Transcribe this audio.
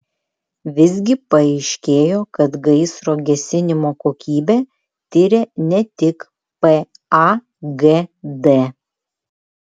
visgi paaiškėjo kad gaisro gesinimo kokybę tiria ne tik pagd